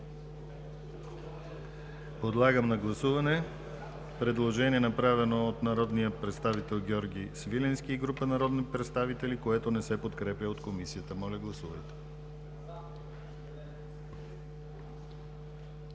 Подлагам на гласуване предложение, направено от народния представител Георги Свиленски и група народни представители, което не се подкрепя от Комисията. Гласували